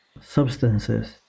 substances